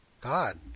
God